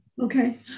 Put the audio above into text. Okay